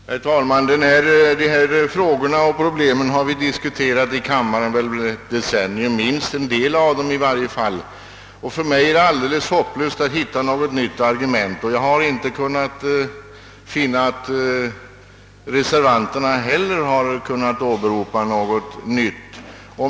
Herr talman! Dessa frågor och pro blem — i varje fall en hel del av dem — har vi diskuterat här i kammaren i decennier. För mig är det hopplöst att finna något nytt argument, och jag kan heller inte finna att reservanterna kunnat åberopa något nytt.